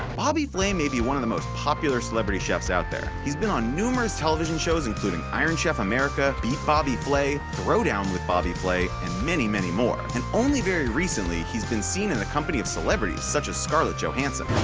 bobby flay may be one of the most popular celebrity chefs out there. he has been on numerous television shows including iron chef america, beat bobby flay, throwdown! with bobby flay, and many many more. and only very recently, he has been seen in the company of celebrities, such as scarlett johansson. a